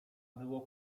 było